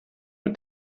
mit